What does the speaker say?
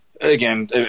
again